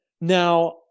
Now